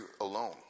alone